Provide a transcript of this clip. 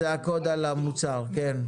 זה הקוד על המוצר, כן.